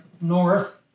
north